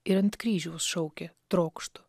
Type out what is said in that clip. ir ant kryžiaus šaukė trokštu